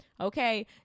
Okay